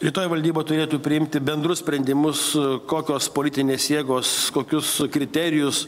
rytoj valdyba turėtų priimti bendrus sprendimus kokios politinės jėgos kokius kriterijus